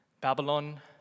Babylon